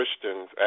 Christians